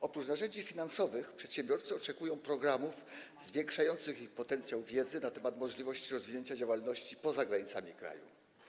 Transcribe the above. Oprócz narzędzi finansowych przedsiębiorcy oczekują programów zwiększających ich potencjał wiedzy na temat możliwości rozwinięcia działalności poza granicami kraju.